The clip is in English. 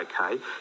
Okay